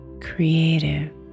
creative